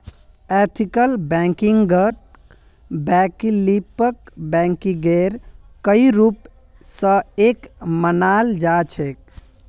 ethical बैंकिंगक वैकल्पिक बैंकिंगेर कई रूप स एक मानाल जा छेक